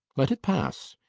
let it pass.